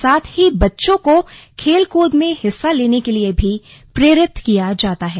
साथ ही बच्चों को खेल कूद में हिस्सा लेने के लिए भी प्रेरित किया जाता है